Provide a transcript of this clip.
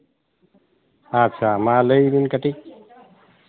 ᱟᱪᱪᱷᱟ ᱢᱟ ᱞᱟᱹᱭ ᱵᱤᱱ ᱠᱟᱹᱴᱤᱡ